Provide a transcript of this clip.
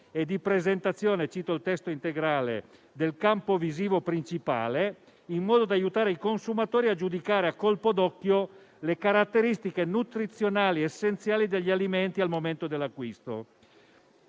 e di presentazione del campo visivo principale, in modo da aiutare i consumatori a giudicare a colpo d'occhio le caratteristiche nutrizionali essenziali degli alimenti al momento dell'acquisto.